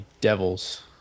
Devils